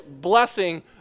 blessing